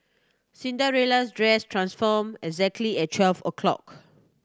Cinderella's dress transformed exactly at twelve o'clock